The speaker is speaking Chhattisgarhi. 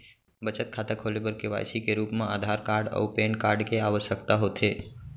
बचत खाता खोले बर के.वाइ.सी के रूप मा आधार कार्ड अऊ पैन कार्ड के आवसकता होथे